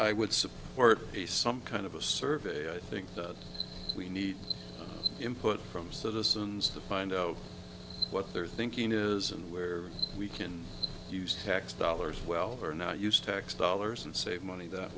i would support a some kind of a survey i think we need input from citizens to find out what their thinking is and where we can use tax dollars well or not use tax dollars and save money that